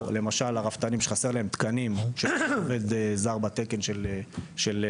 על רפתנים שחסרים להם תקנים לעובד זר בתקן הרפתות,